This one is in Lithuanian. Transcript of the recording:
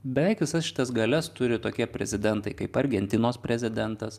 beveik visas šitas galias turi tokie prezidentai kaip argentinos prezidentas